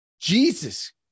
Jesus